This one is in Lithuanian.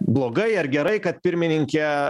blogai ar gerai kad pirmininkė